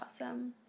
awesome